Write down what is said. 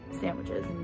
sandwiches